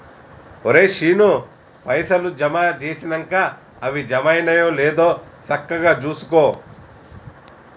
ఒరే శీనూ, పైసలు జమ జేసినంక అవి జమైనయో లేదో సక్కగ జూసుకో